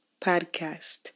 Podcast